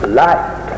light